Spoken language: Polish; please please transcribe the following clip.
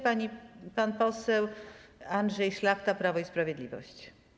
Pan poseł Andrzej Szlachta, Prawo i Sprawiedliwość.